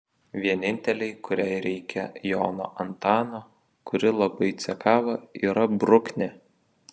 vienintelei kuriai reikia jono antano kuri labai cekava yra bruknė